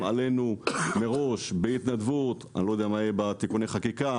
עלינו מראש בהתנדבות אני לא יודע מה יהיה בתיקוני החקיקה